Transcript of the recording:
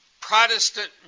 Protestant